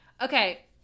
Okay